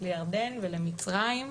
לירדן ולמצרים,